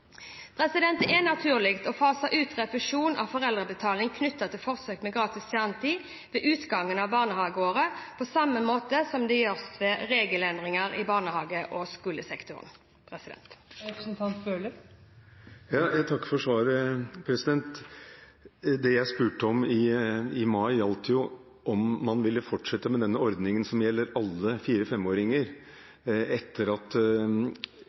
Det er naturlig å fase ut refusjon av foreldrebetaling knyttet til forsøk med gratis kjernetid ved utgangen av barnehageåret, på samme måte som det gjøres ved regelendringer i barnehage- og skolesektoren. Jeg takker for svaret. Det jeg spurte om i mai, gjaldt om man ville fortsette med denne ordningen, som gjelder alle fire- og fem-åringer, etter at